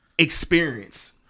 Experience